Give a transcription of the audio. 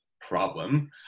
problem